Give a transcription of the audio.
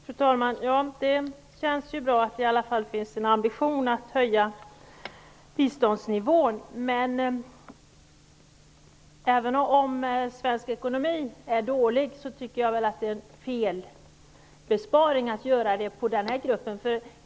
Fru talman! Det känns bra att det i alla fall finns en ambition att höja biståndsnivån, men även om svensk ekonomi är dålig, tycker jag att det är felaktigt att göra besparingar på den här gruppen.